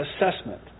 assessment